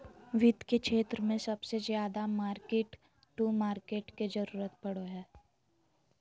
वित्त के क्षेत्र मे सबसे ज्यादा मार्किट टू मार्केट के जरूरत पड़ो हय